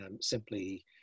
simply